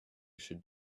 should